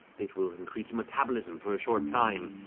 it will increase your metabolism for a short time,